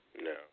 No